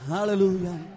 Hallelujah